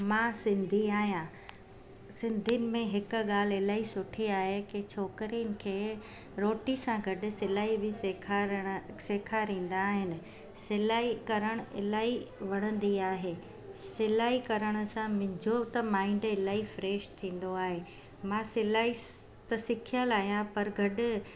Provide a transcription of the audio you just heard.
मां सिंधी आहियां सिंधियुनि में हिकु ॻाल्हि इलाही सुठी आहे की छोकिरीयुनि खे रोटी सां गॾु सिलाई बि सेखारिण सेखारींदा आहिनि सिलाई करणु इलाही वणंदी आहे सिलाई करण सां मुंहिंजो त माइंड इलाही फ्रेश थींदो आहे मां सिलाई त सिखियल आहियां पर गॾु